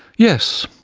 yes,